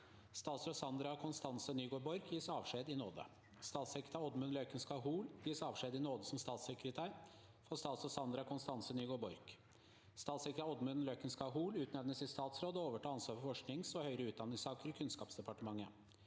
Statsråd Sandra Konstance Nygård Borch gis avskjed i nåde. 2. Statssekretær Oddmund Løkensgard Hoel gis avskjed i nåde som statssekretær for statsråd Sandra Konstance Nygård Borch. 3. Statssekretær Oddmund Løkensgard Hoel utnevnes til statsråd og overtar ansvaret for forsknings- og høyere utdanningssaker i Kunnskapsdepartementet.